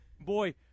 Boy